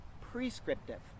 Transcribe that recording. prescriptive